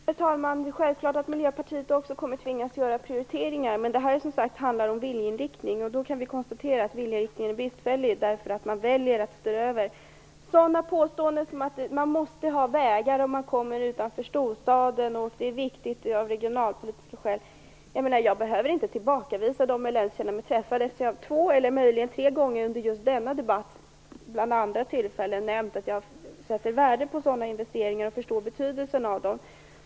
Herr talman! Det är självklart att Miljöpartiet också kommer att tvingas göra prioriteringar. Men här handlar det om viljeinriktningar. Då kan vi konstatera att viljeinriktningen är bristfällig, eftersom man väljer att stå över. Sådana påståenden som att man måste ha vägar om man kommer utanför storstaden och att det är viktigt av regionalpolitiska skäl behöver jag inte tillbakavisa eller känna mig träffad av, eftersom jag två eller möjligen tre gånger under just denna debatt nämnt att jag sätter värde på sådana investeringar och förstår betydelsen av dem.